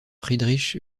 friedrich